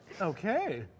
Okay